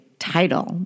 Title